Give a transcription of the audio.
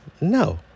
No